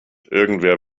irgendwer